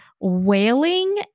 wailing